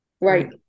Right